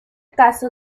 caso